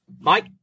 Mike